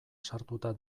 sartuta